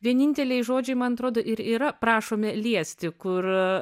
vieninteliai žodžiai man atrodo ir yra prašome liesti kur